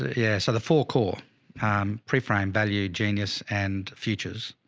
yeah. so the four core pre-frame value genius and futures.